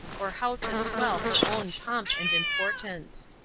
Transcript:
or how to swell her own pomp and importance.